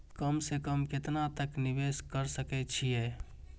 कम से कम केतना तक निवेश कर सके छी ए?